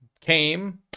came